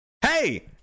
Hey